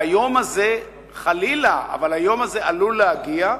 והיום הזה, חלילה, היום הזה עלול להגיע,